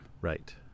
Right